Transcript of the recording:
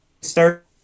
start